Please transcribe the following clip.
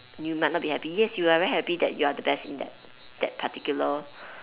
you might not be happy yes you're very happy that you're the best in that particular